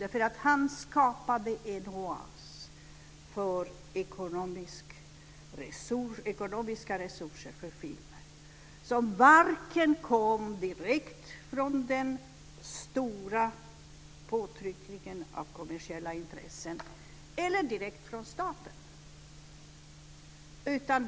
Han skapade en oas med ekonomiska resurser för filmen som inte kom vare sig direkt från de påtryckande kommersiella intressena eller direkt från staten.